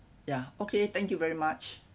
ya okay thank you very much